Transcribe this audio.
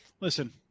Listen